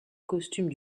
costumes